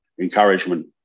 encouragement